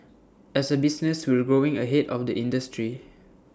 as A business we've growing ahead of the industry